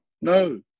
No